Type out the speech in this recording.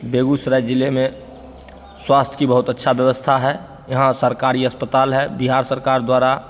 बेगुसराय ज़िले में स्वास्थय की बहुत अच्छा व्यवस्था है यहाँ सरकारी अस्पताल है बिहार सरकार द्वारा